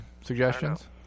suggestions